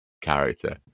character